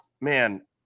man